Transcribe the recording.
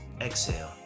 exhale